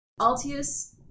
Altius